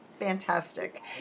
Fantastic